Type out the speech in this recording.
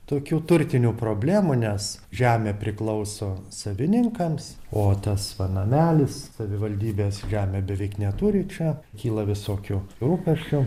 tokių turtinių problemų nes žemė priklauso savininkams o tas va namelis savivaldybės žemė beveik neturi čia kyla visokių rūpesčių